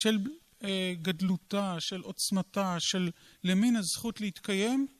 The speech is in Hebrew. של גדלותה של עוצמתה של למין הזכות להתקיים